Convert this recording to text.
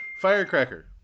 Firecracker